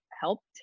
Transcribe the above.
helped